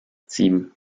sieben